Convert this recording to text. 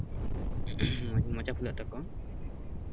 ᱢᱚᱪᱟ ᱯᱷᱩᱞᱟᱹᱜ ᱛᱟᱠᱚᱣᱟ